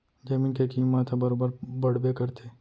जमीन के कीमत ह बरोबर बड़बे करथे